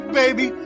baby